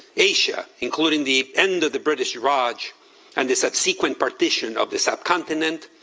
asia, including the end of the british raj and the subsequent partition of the subcontinent,